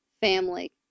family